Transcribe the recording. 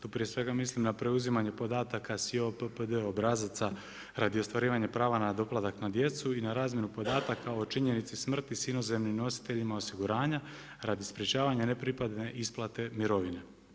Tu prije svega mislim na preuzimanje podataka … radi ostvarivanje pravo na doplatak na djecu i na razmjenu podataka o činjenici smrti s inozemnim nositeljima osiguranja radi sprječavanja, nepripadanja isplate mirovine.